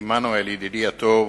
עמנואל, ידידי הטוב,